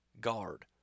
guard